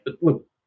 look